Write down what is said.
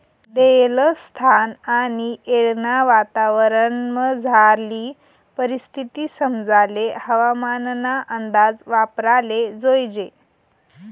देयेल स्थान आणि येळना वातावरणमझारली परिस्थिती समजाले हवामानना अंदाज वापराले जोयजे